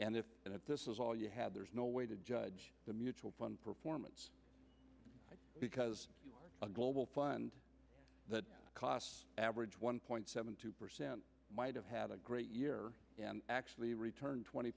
this and if this is all you had there is no way to judge the mutual fund performance because a global fund that cost average one point seven two percent might have had a great year actually returned twenty